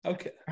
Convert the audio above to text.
Okay